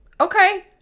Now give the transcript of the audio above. Okay